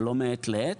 ולא מעת לעת,